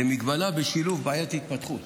זה מגבלה בשילוב בעיית התפתחות.